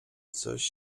coś